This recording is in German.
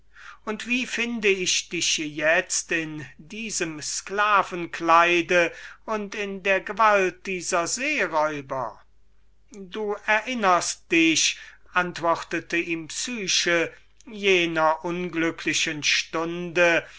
und wie finde ich dich itzt in diesem sklavenkleid und in der gewalt dieser seeräuber sechstes kapitel erzählung der psyche du erinnerst dich antwortete ihm psyche jener unglücklichen stunde